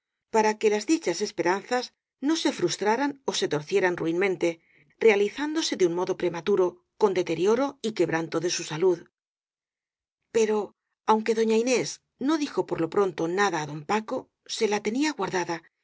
para que las dichas esperanzas no se frustraran ó se torcieran ruínmente realizán dose de un modo prematuro con deterioro y que branto de su salud pero aunque doña inés no dijo por lo pronto nada á don paco se la tenía guarda